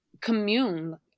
commune